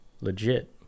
legit